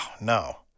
no